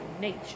nature